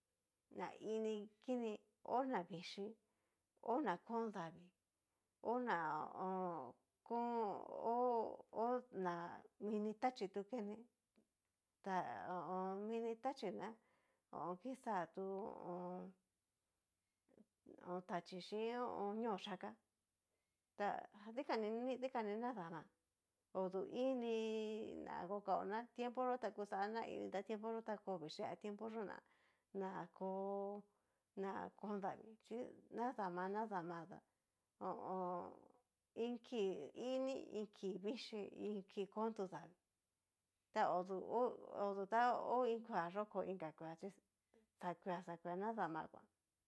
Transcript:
Na ini kini ho na vichíi ho na kón davii ho ho honá mini tachí tu kene ta minitaxii ná kixa tu hon taxíi xin ho o on. ñóyaka dika ni ni dikani'ni nadama odu ini na koakao na tiempo yó ta kuxá na ini a tiempo yó ku vichíi a tiempo yó na nako na kón davii chí nadama nadama ho o on. iin kii ini iin ki vichí iin kii kon tu davii, ta odú hó odutu ta hó iin kua yó ko iinka kua chí xakua xakua nadama kuan.